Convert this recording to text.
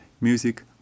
music